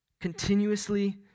Continuously